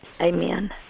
Amen